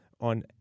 on